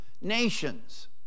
nations